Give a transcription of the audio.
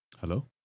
Hello